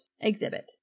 exhibit